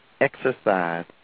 exercise